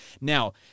Now